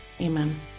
amen